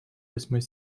восьмой